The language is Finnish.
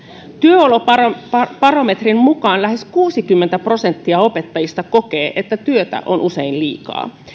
työolobarometrin mukaan lähes kuusikymmentä prosenttia opettajista kokee että työtä on usein liikaa